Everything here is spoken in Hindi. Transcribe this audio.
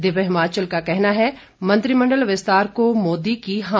दिव्य हिमाचल का कहना है मंत्रिमंडल विस्तार को मोदी की हां